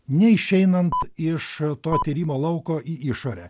neišeinant iš to tyrimo lauko į išorę